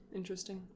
interesting